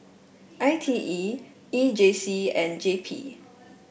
I T E E J C and J P